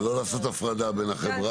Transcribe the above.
לא לעשות הפרדה בין החברה לעירייה.